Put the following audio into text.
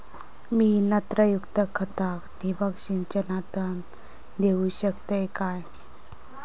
मी नत्रयुक्त खता ठिबक सिंचनातना देऊ शकतय काय?